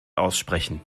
aussprechen